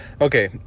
Okay